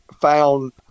found –